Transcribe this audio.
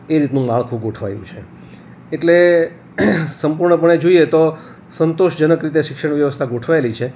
એ રીતનું માળખું ગોઠવાયું છે એટલે સંપૂર્ણપણે જોઈએ તો સંતોષજનક રીતે શિક્ષણ વ્યવસ્થા ગોઠવાયેલી છે